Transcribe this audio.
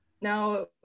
Now